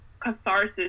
catharsis